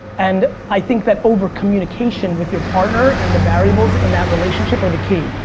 and i think that over communication with your partner and the variables in that relationship are the key.